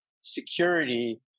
security